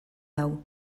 hau